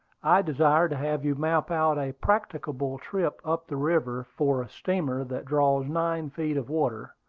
i desire to have you map out a practicable trip up the river for a steamer that draws nine feet of water,